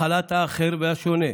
הכלת האחר והשונה,